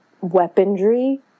weaponry